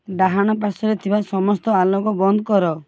ଡାହାଣ ପାର୍ଶ୍ୱରେ ଥିବା ସମସ୍ତ ଆଲୋକ ବନ୍ଦ କର